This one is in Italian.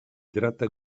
tratta